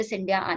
India